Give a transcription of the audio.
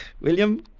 William